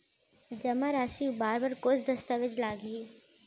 जेमा राशि उबार बर कोस दस्तावेज़ लागही?